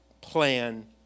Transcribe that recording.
plan